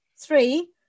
Three